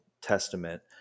Testament